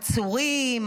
העצורים,